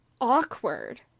awkward